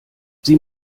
sie